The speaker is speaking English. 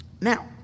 Now